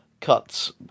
cuts